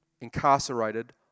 incarcerated